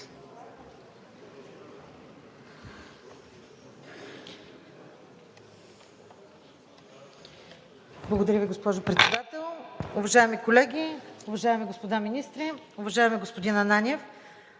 Благодаря Ви, госпожо Председател. Уважаеми колеги, уважаеми господа министри! Уважаеми господин Ананиев,